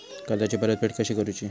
कर्जाची परतफेड कशी करुची?